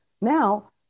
Now